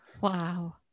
Wow